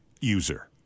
user